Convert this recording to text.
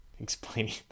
Explaining